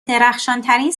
درخشانترین